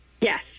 Yes